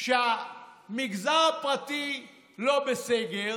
מה זה שהמגזר הפרטי לא בסגר